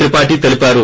త్రిపాటీ తెలిపారు